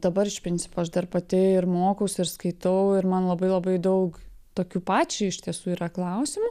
dabar iš principo aš dar pati ir mokausi ir skaitau ir man labai labai daug tokių pačiai iš tiesų yra klausimų